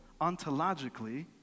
ontologically